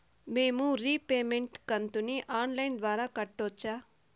మేము రీపేమెంట్ కంతును online ద్వారా కట్టొచ్చా